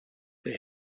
they